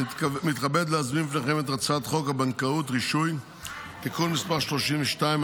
אני מתכבד להציג בפניכם את הצעת חוק הבנקאות (רישוי) (תיקון מס׳ 32),